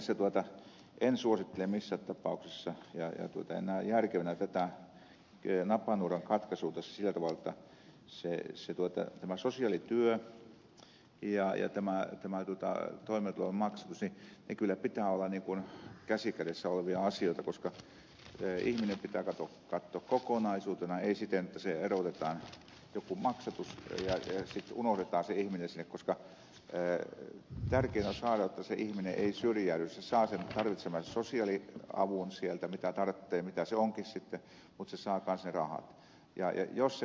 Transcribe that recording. siinä mielessä en suosittele missään tapauksessa ja en näe järkevänä tätä napanuoran katkaisua tässä sillä tavalla jotta tämän sosiaalityön ja tämän toimeentulotuen maksatuksen kyllä pitää olla niin kuin käsi kädessä olevia asioita koska ihminen pitää katsoa kokonaisuutena ei siten että erotetaan joku maksatus ja sitten unohdetaan se ihminen sinne koska tärkeätä on että se ihminen ei syrjäydy hän saa sen tarvitsemansa sosiaaliavun sieltä mitä tarvitsee mitä se onkin sitten mutta hän saa kanssa ne rahat